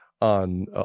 on